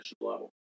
level